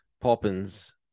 Poppins